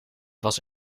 was